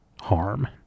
harm